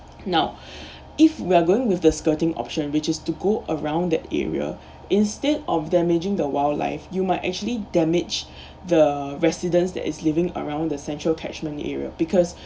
now if we are going with the skirting option which is to go around that area instead of damaging the wildlife you might actually damage the residents that is living around the central catchment area because